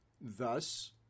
Thus